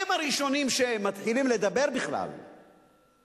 הם הראשונים שמתחילים לדבר על הנושא,